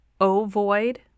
ovoid